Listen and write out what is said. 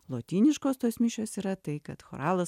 lotyniškos tos mišios yra tai kad choralas